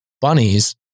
bunnies